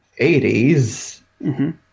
80s